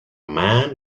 man